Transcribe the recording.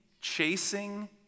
chasing